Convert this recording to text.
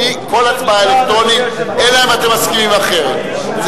כל הצבעה תהיה אלקטרונית אלא אם כן אתם מסכימים אחרת.